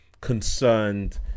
concerned